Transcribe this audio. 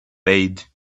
paid